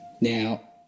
Now